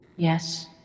Yes